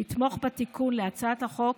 לתמוך בתיקון להצעת החוק